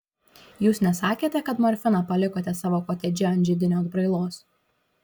jūs nesakėte kad morfiną palikote savo kotedže ant židinio atbrailos